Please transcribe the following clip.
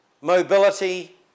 Mobility